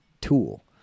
tool